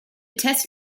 test